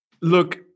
look